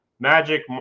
Magic